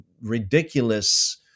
ridiculous